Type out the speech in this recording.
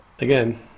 again